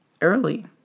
Early